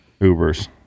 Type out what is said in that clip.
Ubers